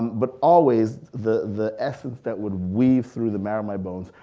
but always the the essence that would weave through the marrow of my bones,